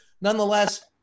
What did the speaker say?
nonetheless